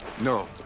no